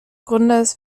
gründers